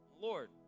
Lord